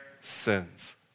sins